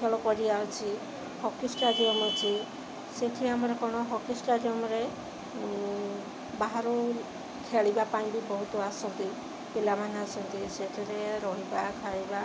ଖେଳ ପଡ଼ିଆ ଅଛି ହକି ଷ୍ଟାଡ଼ିୟମ ଅଛି ସେଠି ଆମର କଣ ହକି ଷ୍ଟାଡ଼ିୟମରେ ବାହାରୁ ଖେଳିବା ପାଇଁ ବି ବହୁତ ଆସନ୍ତି ପିଲାମାନେ ଆସନ୍ତି ସେଥିରେ ରହିବା ଖାଇବା